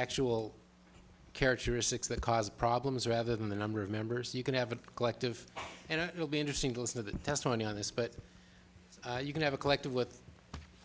actual characteristics that cause problems rather than the number of members you can have a collective and it will be interesting to listen to the testimony on this but you can have a collective with